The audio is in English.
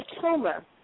tumor